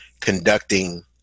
conducting